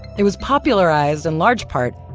it was popularized, in large part,